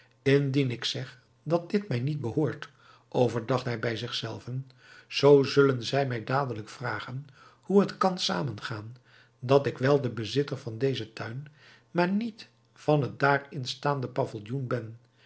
indien ik zeg dat dit mij niet behoort overdacht hij bij zich zelven zoo zullen zij mij dadelijk vragen hoe het kan zamen gaan dat ik wel de bezitter van dezen tuin maar niet van het daarin staande pavilloen ben